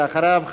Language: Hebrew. ואחריו,